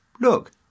look